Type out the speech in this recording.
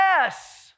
Yes